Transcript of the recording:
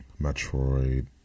Metroid